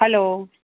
hello